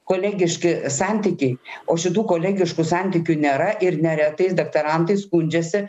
kolegiški santykiai o šitų kolegiškų santykių nėra ir neretais daktarantai skundžiasi